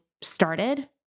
started